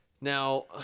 Now